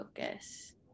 focus